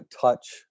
touch